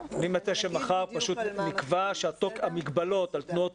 אני מציע שמחר נקבע שהמגבלות על תנועות